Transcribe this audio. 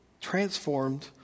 transformed